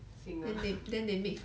singer